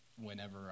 whenever